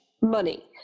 money